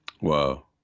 Wow